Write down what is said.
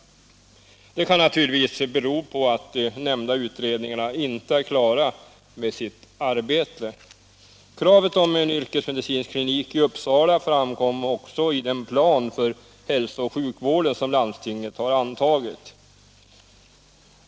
Naturligtvis kan det bero på att de nämnda utredningarna inte är klara med sitt arbete. Kravet på en yrkesmedicinsk klinik i Uppsala framkom också i den plan för hälsooch sjukvården som landstinget har antagit.